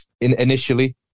initially